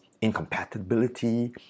incompatibility